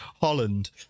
Holland